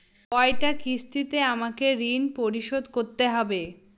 কয়টা কিস্তিতে আমাকে ঋণ পরিশোধ করতে হবে?